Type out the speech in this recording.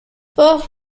both